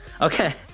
Okay